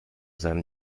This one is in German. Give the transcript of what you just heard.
seinem